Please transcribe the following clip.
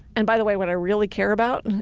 and by the way what i really care about